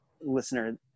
listener